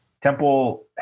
Temple